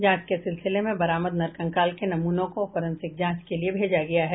जांच के सिलसिले में बरामद नरकंकाल के नमूनों को फोरेंसिंक जांच के लिये भेजा गया है